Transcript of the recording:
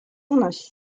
unoś